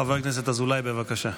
חבר הכנסת אזולאי, בבקשה.